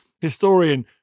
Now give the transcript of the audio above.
historian